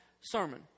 sermon